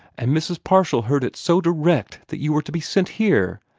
and mrs. parshall heard it so direct that you were to be sent here,